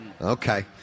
Okay